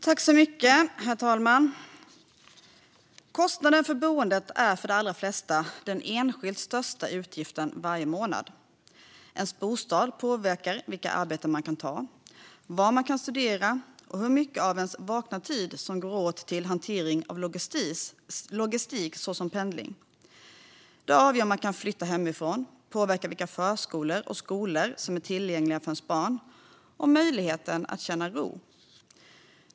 Herr talman! Kostnaden för boendet är för de allra flesta den enskilt största utgiften varje månad. Ens bostad påverkar vilka arbeten man kan ta, var man kan studera och hur mycket av ens vakna tid som går till hantering av logistik såsom pendling. Det avgör om man kan flytta hemifrån och påverkar vilka förskolor och skolor som är tillgängliga för ens barn, och det påverkar möjligheten att känna ro.